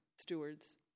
stewards